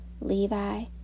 Levi